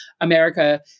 America